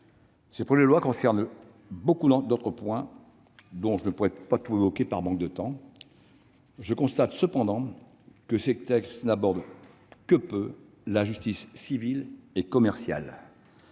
traitent encore beaucoup d'autres points que je ne pourrai évoquer par manque de temps. Je constate cependant que ces textes n'abordent que peu la justice civile et commerciale,